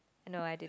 no I didn't